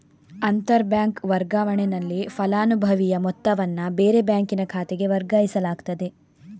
ಅಂತರ ಬ್ಯಾಂಕ್ ವರ್ಗಾವಣೆನಲ್ಲಿ ಫಲಾನುಭವಿಯ ಮೊತ್ತವನ್ನ ಬೇರೆ ಬ್ಯಾಂಕಿನ ಖಾತೆಗೆ ವರ್ಗಾಯಿಸಲಾಗ್ತದೆ